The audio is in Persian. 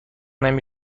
نمی